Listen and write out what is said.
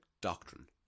doctrine